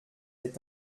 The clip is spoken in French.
est